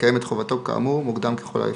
יקיים את חובתו כאמור מוקדם ככל האפשר."